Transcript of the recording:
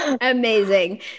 Amazing